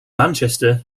manchester